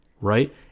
right